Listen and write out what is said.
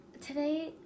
Today